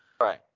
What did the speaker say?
Right